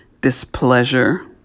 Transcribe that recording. displeasure